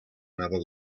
another